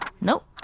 Nope